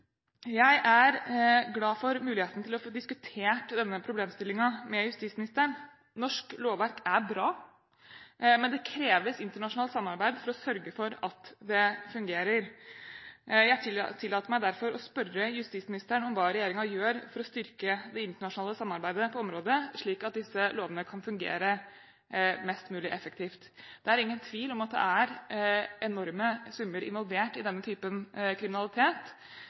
Jeg er glad for muligheten til å få diskutert denne problemstillingen med justisministeren. Norsk lovverk er bra, men det kreves internasjonalt samarbeid for å sørge for at det fungerer. Jeg tillater meg derfor å spørre justisministeren om hva regjeringen gjør for å styrke det internasjonale samarbeidet på området, slik at disse lovene kan fungere mest mulig effektivt. Det er ingen tvil om at det er enorme summer involvert i denne typen kriminalitet.